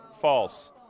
False